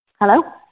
Hello